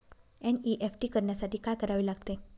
NEFT करण्यासाठी काय करावे लागते?